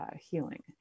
healing